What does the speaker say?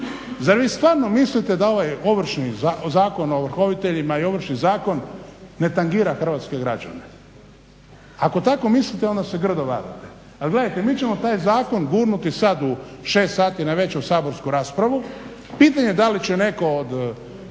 Zar vi stvarno mislite da ovaj Zakon o ovrhovoditeljima i Ovršni zakon ne tangira hrvatske građane? Ako tako mislite onda se grdo varate. Ali gledajte, mi ćemo taj zakon gurnuti sad u 6 sati navečer u saborsku raspravu, pitanje da li će netko od